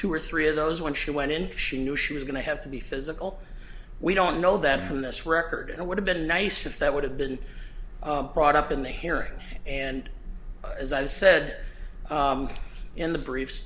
two or three of those when she went in she knew she was going to have to be physical we don't know that from this record and would have been nice if that would have been brought up in the hearing and as i've said in the briefs